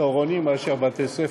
הצהרונים לעומת בתי-הספר.